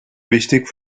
wichtig